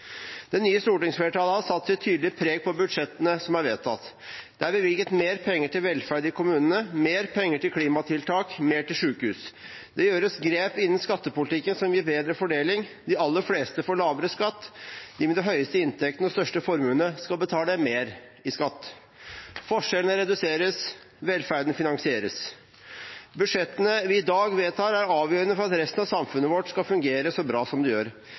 Det nye stortingsflertallet har satt sitt tydelige preg på budsjettene som er vedtatt. Det er bevilget mer penger til velferd i kommunene, mer penger til klimatiltak, mer til sykehus. Det gjøres grep som gir bedre fordeling, innen skattepolitikken. De aller fleste får lavere skatt. De med de høyeste inntektene og største formuene skal betale mer i skatt. Forskjellene reduseres, velferden finansieres. Budsjettene vi i dag vedtar, er avgjørende for at resten av samfunnet vårt skal fungere så bra som det gjør.